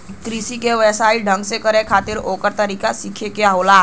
कृषि के व्यवसायिक ढंग से करे खातिर ओकर तरीका सीखे के होला